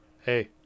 hey